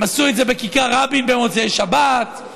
הם עשו את זה בכיכר רבין במוצאי שבת,